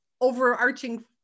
overarching